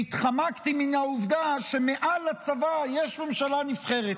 והתחמקתי מן העובדה שמעל הצבא יש ממשלה נבחרת.